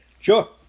Sure